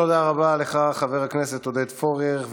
תודה רבה לך, חבר הכנסת עודד פורר.